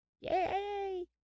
Yay